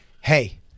hey